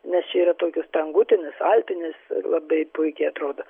nes čia yra tokių stangutinis alpinis labai puikiai atrodo